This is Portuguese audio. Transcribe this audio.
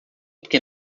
porque